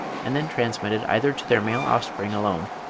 and then transmitted either to their male offspring alone,